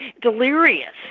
delirious